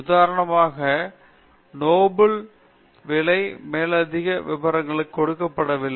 உதாரணமாக நோபல் விலை மேலதிக விபரங்களுக்கு கொடுக்கப்படவில்லை